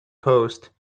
post